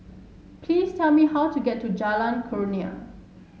please tell me how to get to Jalan Kurnia